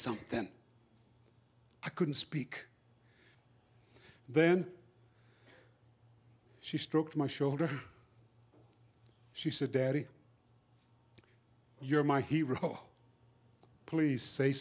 something then i couldn't speak then she stroked my shoulder she said daddy you're my hero please say